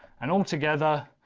and all together,